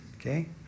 Okay